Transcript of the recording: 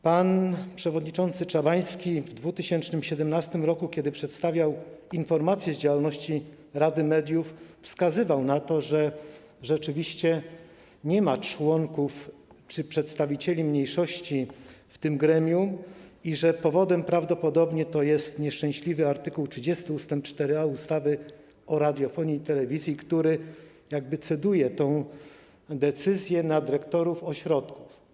Pan przewodniczący Czabański w 2017 r., kiedy przedstawiał informację z działalności rady mediów, wskazywał na to, że rzeczywiście nie ma członków czy przedstawicieli mniejszości w tym gremium i że powodem prawdopodobnie jest nieszczęśliwy art. 30 ust. 4a ustawy o radiofonii i telewizji, który jakby ceduje tę decyzję na dyrektorów ośrodków.